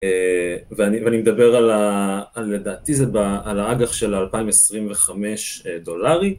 ואני מדבר על, לדעתי זה על האג"ח של 2025 דולרי